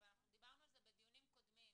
ואנחנו דיברנו על זה בדיונים קודמים,